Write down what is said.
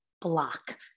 block